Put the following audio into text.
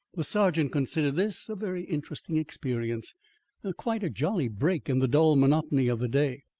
the sergeant considered this a very interesting experience quite a jolly break in the dull monotony of the day.